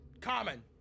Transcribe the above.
Common